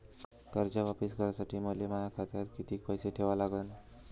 कर्ज वापिस करासाठी मले माया खात्यात कितीक पैसे ठेवा लागन?